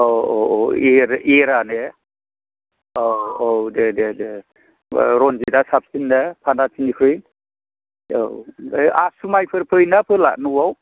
औ औ औ एरा ने औ औ दे दे दे रनजितआ साबसिन ना फानाथिनिख्रुइ औ ओमफ्राय आसु माइफोर फोयोना फोला न'आव